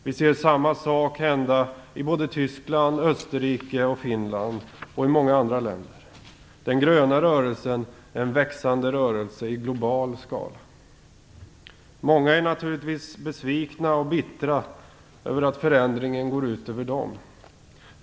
Vi ser samma sak hända såväl i Tyskland, Österrike, Finland som i många andra länder. Den gröna rörelsen är en växande rörelse i global skala. Många är naturligtvis besvikna och bittra över att förändringen går ut över dem.